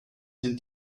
sind